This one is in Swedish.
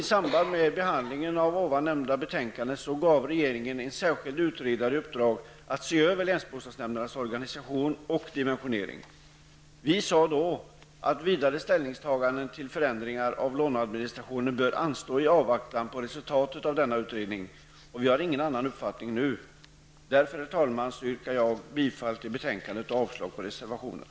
I samband med behandlingen av det nämnda betänkandet gav regeringen en särskild utredare i uppdrag att se över länsbostadsnämndernas organisation och dimensionering. Vi sade då att vidare ställningstaganden till förändringar av låneadministrationen bör anstå i avvaktan på resultatet av denna utredning. Vi har ingen annan uppfattning nu. Herr talman! Jag yrkar därför bifall till hemställan i utskottets betänkande och avslag på reservationerna.